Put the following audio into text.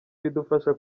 bidufasha